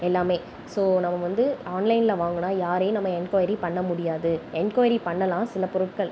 எல்லாம் ஸோ நம்ம வந்து ஆன்லைனில் வாங்கினா யாரையும் நம்ம என்கொயரி பண்ண முடியாது என்கொயரி பண்ணலாம் சின்ன பொருட்கள்